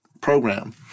program